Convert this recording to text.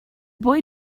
boy